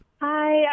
Hi